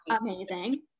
amazing